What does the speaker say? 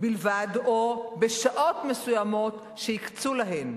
בלבד או בשעות מסוימות שהקצו להן,